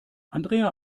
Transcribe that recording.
andrea